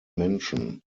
menschen